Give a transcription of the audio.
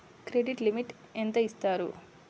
Credit limit ఎంత ఇస్తారు?